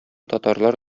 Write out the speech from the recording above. татарлар